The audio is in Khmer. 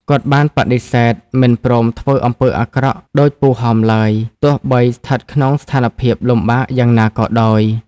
គាត់បានបដិសេធមិនព្រមធ្វើអំពើអាក្រក់ដូចពូហំឡើយ ទោះបីស្ថិតក្នុងស្ថានភាពលំបាកយ៉ាងណាក៏ដោយ។